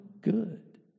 good